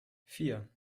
vier